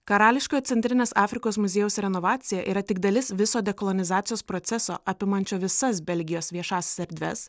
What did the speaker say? karališkojo centrinės afrikos muziejaus renovacija yra tik dalis viso dekolonizacijos proceso apimančio visas belgijos viešąsias erdves